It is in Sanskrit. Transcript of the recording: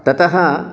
ततः